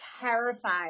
terrified